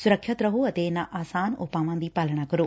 ਸੁਰੱਖਿਅਤ ਰਹੋ ਅਤੇ ਇਨਾਂ ਆਸਾਨ ੳਪਾਵਾਂ ਦੀ ਪਾਲਣਾ ਕਰੋ